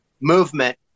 movement